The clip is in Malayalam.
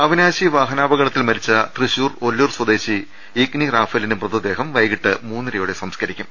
അവിനാശി വാഹനാപകടത്തിൽ മരിച്ച തൃശൂർ ഒല്ലൂർ സ്വദേശി ഇഗ്നി റാഫേലിന്റെ മൃതദേഹം വൈകീട്ട് മൂന്നരയോടെ സംസ്കരിക്കും